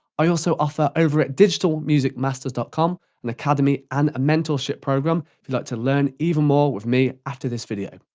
i also offer over at digitalmusicmasters dot com an academy and a mentorship programme if you'd like to learn even more with me after this video.